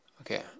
Okay